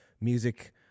music